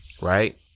Right